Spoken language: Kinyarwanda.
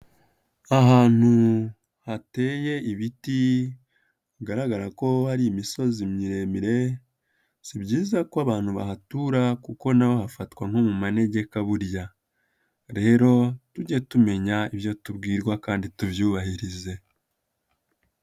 Ahantu hateye ibiti hagaragara ko hari imisozi miremire, si byiza ko abantu bahatura kuko na afatwa nko' mu manegeka burya. Rero tujye tumenya ibyo tubwirwa kandi tubyubahirize.